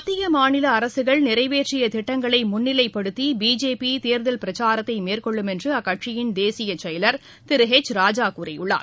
மத்திய மாநில அரசுகள் நிறைவேற்றிய திட்டங்களை முன்னிலைப்படுத்தி பிஜேபி தேர்தல் பிரச்சாரத்தை மேற்கொள்ளும் என்று அக்கட்சியின் தேசிய செயலர் திரு எச் ராஜா கூறியுள்ளார்